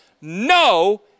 no